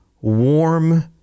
warm